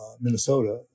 Minnesota